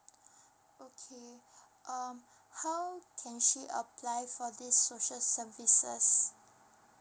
okay um how can she apply for this social services